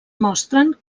mostren